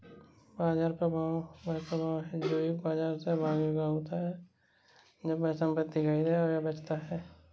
बाजार प्रभाव वह प्रभाव है जो एक बाजार सहभागी का होता है जब वह संपत्ति खरीदता या बेचता है